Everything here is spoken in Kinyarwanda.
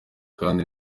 kandi